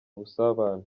ubusabane